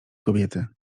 kobiety